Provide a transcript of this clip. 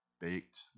baked